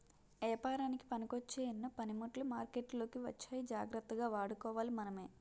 ఏపారానికి పనికొచ్చే ఎన్నో పనిముట్లు మార్కెట్లోకి వచ్చాయి జాగ్రత్తగా వాడుకోవాలి మనమే